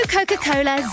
Coca-Cola